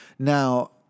Now